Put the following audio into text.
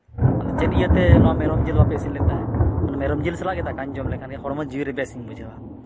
ᱟᱫᱚ ᱪᱮᱫ ᱤᱭᱟᱹᱛᱮ ᱱᱚᱣᱟ ᱢᱮᱨᱚᱢ ᱡᱤᱞ ᱵᱟᱯᱮ ᱤᱥᱤᱱ ᱞᱮᱫ ᱛᱟᱦᱮᱸᱫ ᱚᱱᱟ ᱢᱮᱨᱚᱢ ᱡᱤᱞ ᱥᱟᱞᱟᱜ ᱜᱮ ᱫᱟᱠᱟᱧ ᱡᱚᱢ ᱞᱮᱠᱷᱟᱱ ᱦᱚᱲᱢᱚ ᱡᱤᱣᱤ ᱨᱮ ᱵᱮᱥᱤᱧ ᱵᱩᱡᱷᱟᱹᱣᱟ